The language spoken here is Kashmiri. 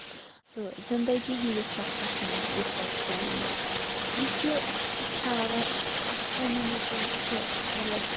تہٕ زِندگی ہِندِس صفرَس منٛز یِکہٕ وٹہٕ چَلنُک یہِ چھُ اَسہِ ہاوان اکھ کومِنٹی چھِ مطلب